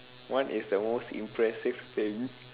what is the most impressive thing